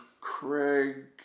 Craig